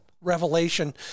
revelation